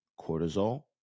Cortisol